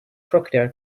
crocodile